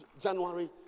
January